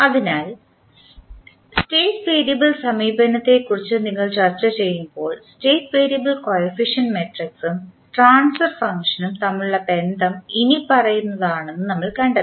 അതിനാൽ state variable സമീപനത്തെക്കുറിച്ച് നിങ്ങൾ ചർച്ച ചെയ്യുമ്പോൾ സ്റ്റേറ്റ് വേരിയബിൾ കോഫിഫിഷ്യന്റ് മെട്രിക്സും ട്രാൻസ്ഫർ ഫംഗ്ഷനും തമ്മിലുള്ള ബന്ധം ഇനിപ്പറയുന്നതാണെന്ന് നമ്മൾ കണ്ടെത്തി